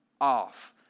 off